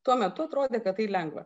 tuo metu atrodė kad tai lengva